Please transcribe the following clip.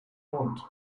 want